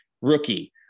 rookie